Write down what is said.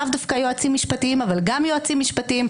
לאו דווקא יועצים משפטיים אבל גם יועצים משפטיים,